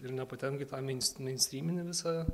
ir nepatenka į tą mein meinstryminį visą